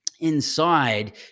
Inside